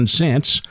cents